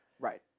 Right